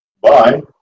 Bye